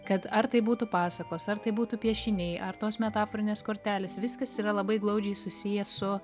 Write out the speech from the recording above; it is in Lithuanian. kad ar tai būtų pasakos ar tai būtų piešiniai ar tos metaforinės kortelės viskas yra labai glaudžiai susiję su